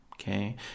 Okay